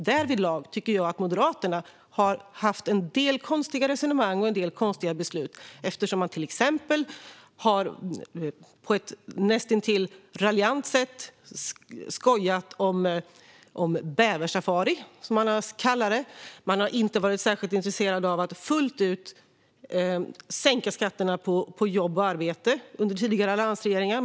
Därvidlag tycker jag att Moderaterna har haft en del konstiga resonemang och fattat en del konstiga beslut. Ni har till exempel på ett näst intill raljant sätt skojat om bäversafari, som ni har kallat det. Ni har inte varit särskilt intresserade av att fullt ut sänka skatterna på jobb och arbete under tidigare alliansregeringar.